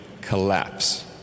collapse